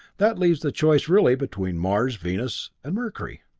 that leaves the choice really between mars, venus, and mercury.